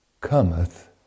cometh